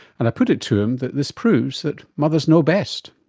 and i put it to him that this proves that mothers know best.